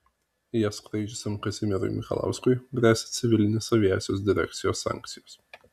ja skraidžiusiam kazimierui mikalauskui gresia civilinės aviacijos direkcijos sankcijos